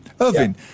Irvin